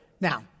Now